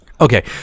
okay